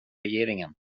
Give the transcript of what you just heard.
regeringen